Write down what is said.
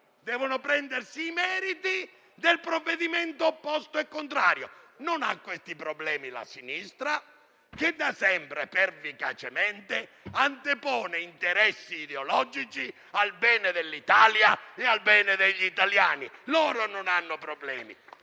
devono prendersi i meriti del provvedimento opposto e contrario. La sinistra, che dà sempre, pervicacemente, antepone interessi ideologici al bene dell'Italia e al bene degli italiani, non ha questi problemi.